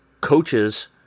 coaches